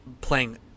playing